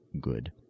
good